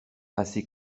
assez